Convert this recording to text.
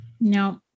no